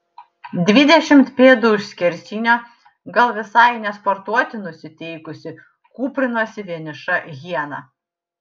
dvidešimt pėdų už skersinio gal visai ne sportuoti nusiteikusi kūprinosi vieniša hiena